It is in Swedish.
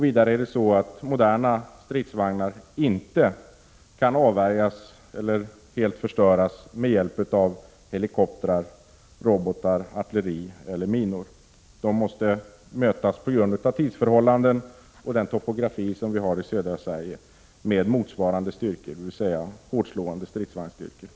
Vidare kan inte moderna stridsvagnar helt förstöras med hjälp av helikoptrar, robotar, artilleri eller minor. På grund av tidsförhållanden och den topografi som vi har i södra Sverige måste stridsvagnarna mötas med motsvarande styrkor, dvs. hårtslående stridsvagnsstyrkor.